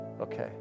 okay